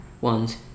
ones